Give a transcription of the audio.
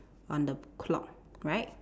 on the clock right